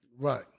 Right